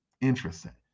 Interesting